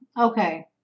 okay